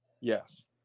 Yes